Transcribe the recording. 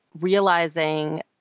realizing